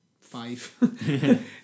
five